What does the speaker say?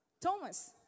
Thomas